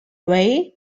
way